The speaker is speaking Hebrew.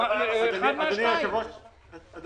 אני